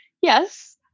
yes